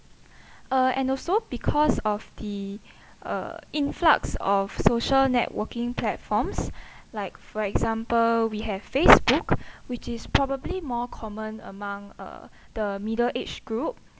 uh and also because of the uh influx of social networking platforms like for example we have facebook which is probably more common among uh the middle age group